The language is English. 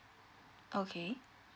okay